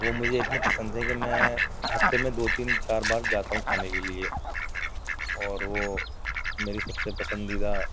وہ مجھے اتنے پسند ہیں کہ میں ہفتے میں دو تین چار بار جاتا ہوں کھانے کے لئے اور وہ میری سب سے پسندیدہ